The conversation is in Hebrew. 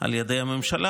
על ידי הממשלה,